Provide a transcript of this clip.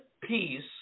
peace